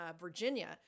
Virginia